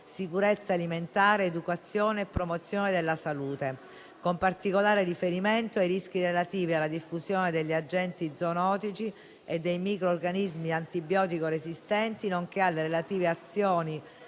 sicurezza alimentare, educazione e promozione della salute, con particolare riferimento ai rischi relativi alla diffusione degli agenti zoonotici e dei microrganismi antibiotico-resistenti, nonché alle relative azioni